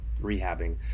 rehabbing